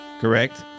correct